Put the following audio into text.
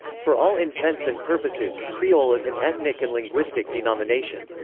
for all intents and purposes, creole is an ethnic and linguistic denomination.